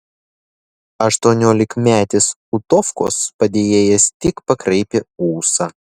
aštuoniolikmetis utovkos padėjėjas tik pakraipė ūsą